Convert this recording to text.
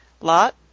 Lot